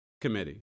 committee